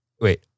wait